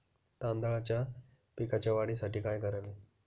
तांदळाच्या पिकाच्या वाढीसाठी काय करावे?